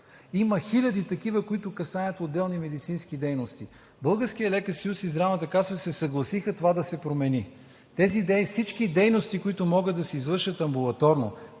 Има хиляди такива, които касаят отделни медицински дейности. Българският лекарски съюз и Здравната каса се съгласиха това да се промени. Тези всички дейности, които могат да се извършат амбулаторно,